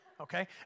okay